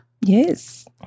Yes